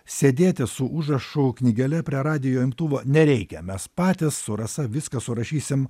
sėdėti su užrašų knygele prie radijo imtuvo nereikia mes patys su rasa viską surašysim